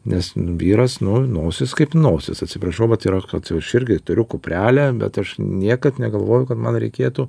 nes vyras nu nosis kaip nosis atsiprašau vat yra kad aš irgi turiu kuprelę bet aš niekad negalvoju kad man reikėtų